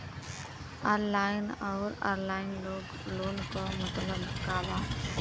Online अउर offline loan क मतलब का बा?